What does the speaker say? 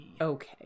Okay